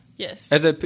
Yes